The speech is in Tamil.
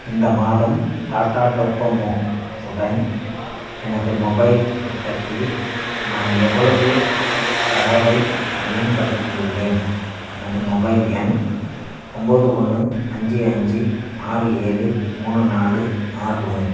இந்த மாதம் டாடா டோகோமோ உடன் எனது மொபைல் திட்டத்தில் நான் எவ்வளவு தரவை பயன்படுத்தியுள்ளேன் எனது மொபைல் எண் ஒம்போது ஒன்று அஞ்சு அஞ்சு ஆறு ஏழு மூணு நாலு ஆறு ஒன்று